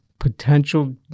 potential